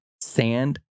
sand